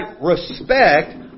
respect